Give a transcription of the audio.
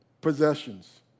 possessions